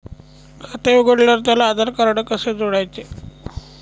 खाते उघडल्यावर त्याला आधारकार्ड कसे जोडायचे?